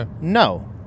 No